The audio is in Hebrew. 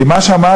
כי מה שאמרת,